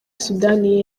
sudani